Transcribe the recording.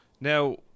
Now